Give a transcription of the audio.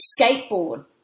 skateboard